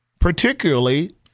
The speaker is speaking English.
particularly